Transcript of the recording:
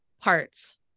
parts